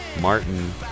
Martin